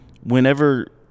whenever